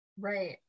right